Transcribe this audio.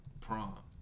prom